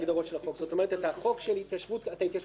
כלומר אתה התיישבות כפרית,